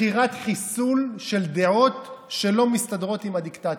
מכירת חיסול של דעות שלא מסתדרות עם הדיקטטור,